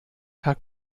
herr